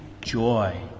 joy